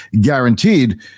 guaranteed